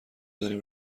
داریم